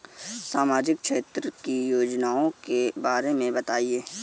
सामाजिक क्षेत्र की योजनाओं के बारे में बताएँ?